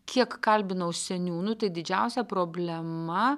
kiek kalbinau seniūnų tai didžiausia problema